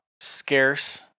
scarce